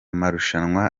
marushanwa